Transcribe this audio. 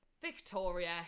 victoria